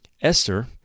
Esther